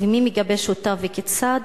מי מגבש אותה וכיצד?